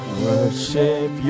worship